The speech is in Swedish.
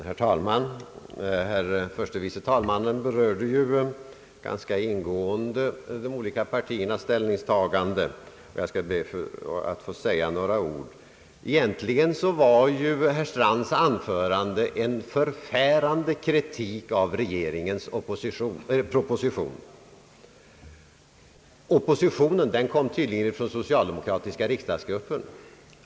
Herr talman! Herr förste vice talmannen berörde ganska ingående de olika partiernas ställningstaganden. Egentligen innebar herr Strands anförande en förfärande kritik av regeringens proposition. Oppositionen kom tydligen från den socialdemokratiska riksdagsgruppen.